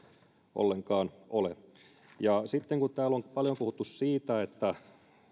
ollenkaan ole sitten kun täällä on paljon puhuttu siitä että